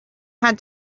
had